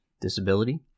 disability